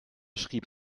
schrieb